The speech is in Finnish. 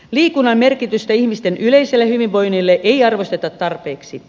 liikunnan merkitystä ihmisten yleiselle hyvinvoinnille ei arvosteta tarpeeksi